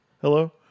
Hello